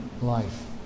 life